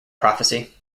prophecy